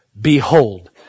Behold